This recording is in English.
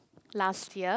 last year